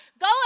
go